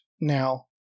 now